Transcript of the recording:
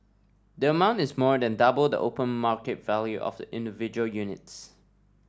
the amount is more than double the open market value of the individual units